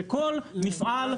שכל מפעל,